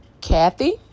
Kathy